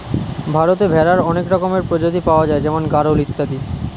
ভারতে ভেড়ার অনেক রকমের প্রজাতি পাওয়া যায় যেমন গাড়ল ইত্যাদি